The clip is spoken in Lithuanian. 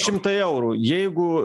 šimtai eurų jeigu